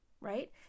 right